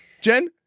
Jen